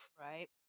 Right